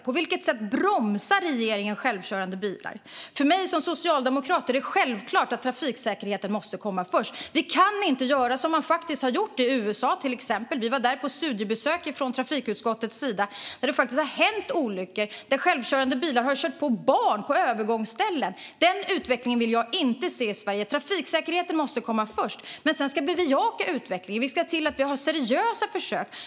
På vilket sätt bromsar regeringen utvecklingen när det gäller självkörande bilar? För mig som socialdemokrat är det självklart att trafiksäkerheten måste komma först. Vi kan inte göra som man har gjort i till exempel USA. Vi var från trafikutskottets sida där på ett studiebesök. Där har det faktiskt skett olyckor. Självkörande bilar har kört på barn vid övergångsställen. Den utvecklingen vill jag inte se i Sverige. Trafiksäkerheten måste komma först. Men sedan ska vi bejaka utvecklingen. Vi ska se till att vi har seriösa försök.